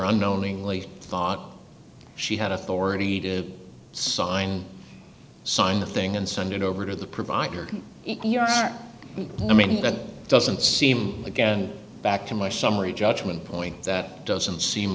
unknowingly thought she had authority to sign sign the thing and send it over to the provider i mean that doesn't seem again back to my summary judgment point that doesn't seem